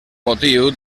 motiu